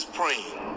praying